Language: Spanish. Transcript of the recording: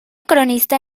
cronista